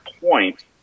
point